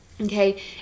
okay